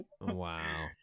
Wow